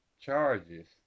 charges